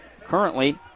currently